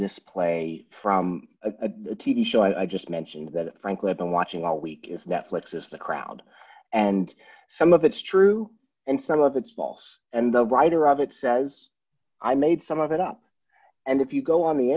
this play from a t v show i just mentioned that frankly i've been watching all week if netflix is the crowd and some of it's true and some of it's false and the writer of it says i made some of it up and if you go on the